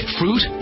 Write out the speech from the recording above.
fruit